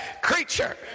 creature